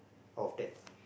of that